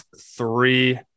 three